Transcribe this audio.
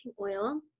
oil